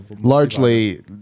Largely